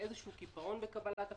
באיזה קיפאון בקבלת החלטות,